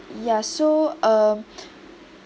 ya so um